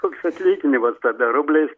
koks atlyginimas tada rubliais